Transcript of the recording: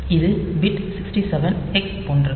இது bit 67 hex போன்றது